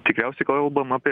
tikriausiai kalbam apie